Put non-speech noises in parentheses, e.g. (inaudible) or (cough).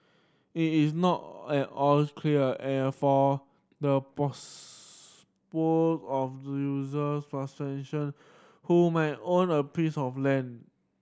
it is not at all clear and for the (unintelligible) of (unintelligible) who might own a piece of land